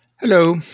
Hello